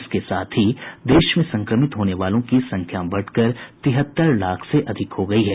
इसके साथ ही देश में संक्रमित होने वालों की संख्या बढ़कर तिहत्तर लाख से अधिक हो गई है